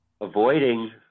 avoiding